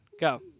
Go